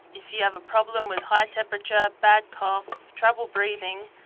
if you have a problem with high temperature, bad cough, trouble breathing,